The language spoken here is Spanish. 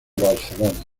barcelona